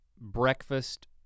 breakfast